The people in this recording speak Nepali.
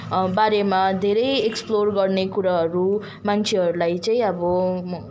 बारेमा धेरै एक्सप्लोर गर्ने कुराहरू मान्छेहरूलाई चाहिँ अब